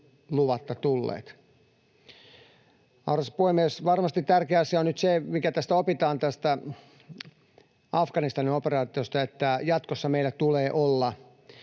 luvatta tulleet. Arvoisa puhemies! Varmasti tärkeä asia on nyt se, mikä Afganistanin operaatiosta opitaan, että jatkossa meillä tulee olla